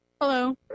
Hello